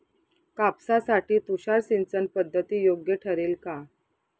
कापसासाठी तुषार सिंचनपद्धती योग्य ठरेल का?